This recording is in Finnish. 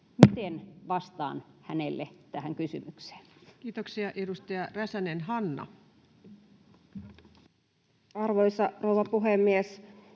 Miten vastaan hänelle tähän kysymykseen? Kiitoksia. — Edustaja Räsänen, Hanna. Arvoisa rouva puhemies!